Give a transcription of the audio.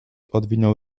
odwinął